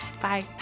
Bye